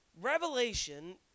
Revelation